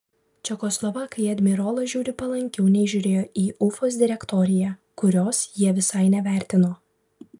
čekoslovakai į admirolą žiūri palankiau nei žiūrėjo į ufos direktoriją kurios jie visai nevertino